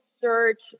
search